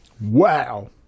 Wow